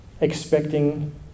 expecting